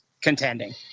contending